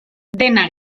dena